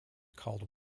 called